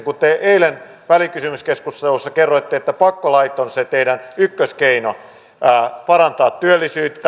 te eilen välikysymyskeskustelussa kerroitte että pakkolait on se teidän ykköskeinonne parantaa työllisyyttä